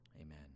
amen